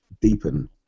Deepen